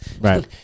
Right